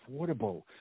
affordable